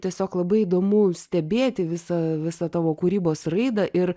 tiesiog labai įdomu stebėti visą visą tavo kūrybos raidą ir